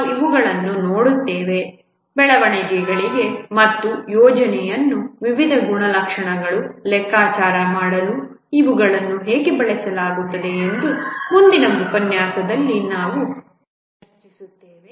ನಾವು ಇವುಗಳನ್ನು ನೋಡುತ್ತೇವೆ ಬೆಳವಣಿಗೆಗಳು ಮತ್ತು ಯೋಜನೆಯ ವಿವಿಧ ಗುಣಲಕ್ಷಣಗಳನ್ನು ಲೆಕ್ಕಾಚಾರ ಮಾಡಲು ಇವುಗಳನ್ನು ಹೇಗೆ ಬಳಸಲಾಗುತ್ತದೆ ಎಂದು ಮುಂದಿನ ಉಪನ್ಯಾಸದಲ್ಲಿ ನಾವು ಇದನ್ನು ಚರ್ಚಿಸುತ್ತೇವೆ